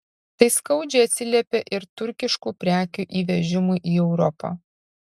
tai skaudžiai atsiliepia ir turkiškų prekių įvežimui į europą